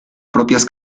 propias